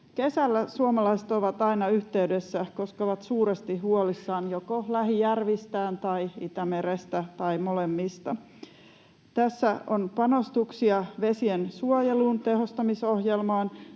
Kesällä suomalaiset ovat aina yhteydessä, koska ovat suuresti huolissaan joko lähijärvistään tai Itämerestä tai molemmista. Tässä on panostuksia vesiensuojelun tehostamisohjelmaan,